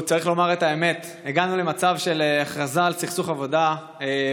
צריך לומר את האמת: הגענו למצב של הכרזה על סכסוך עבודה בגנים